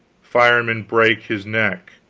fireman brake his neck